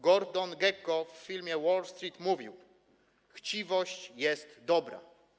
Gordon Gekko w filmie „Wall Street” mówił: chciwość jest dobra.